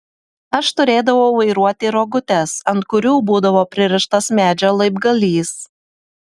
aš turėdavau vairuoti rogutes ant kurių būdavo pririštas medžio laibgalys